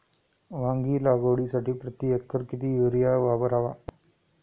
वांगी लागवडीसाठी प्रति एकर किती युरिया वापरावा?